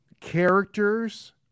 characters